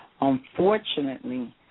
unfortunately